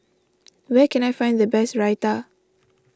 where can I find the best Raita